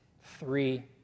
three